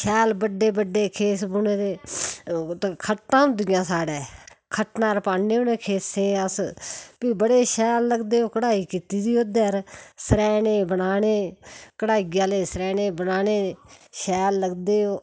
शैल बड्डे बड्डे खेस बुने दे में खट्टां हुंदियां साढ़ै खट्टै पर पाने अस उ'नें खेस्सें फ्ही बड़े शैल लगदे ओह् घड़ाई कीती दी ओह्दै पर सरैह्ने बनाने घड़ाई आह्ले सरैह्ने बनाने शैल लगदे ओह्